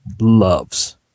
loves